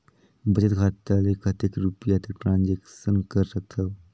बचत खाता ले कतेक रुपिया तक ट्रांजेक्शन कर सकथव?